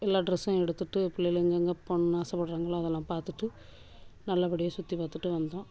எல்லா ட்ரெஸ்ஸும் எடுத்துட்டு பிள்ளைகளும் எங்கே எங்கே போகணும்னு ஆசைப்படுறாங்களோ அதெல்லாம் பார்த்துட்டு நல்லபடியாக சுற்றி பார்த்துட்டு வந்தோம்